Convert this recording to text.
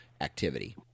activity